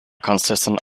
consistent